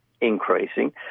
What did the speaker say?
increasing